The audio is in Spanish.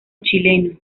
chileno